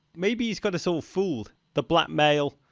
maybe he's got us all fooled. the blackmail,